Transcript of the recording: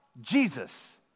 Jesus